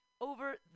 over